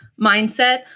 mindset